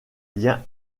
liens